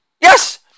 Yes